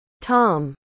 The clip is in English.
tom